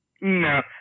No